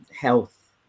health